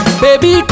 baby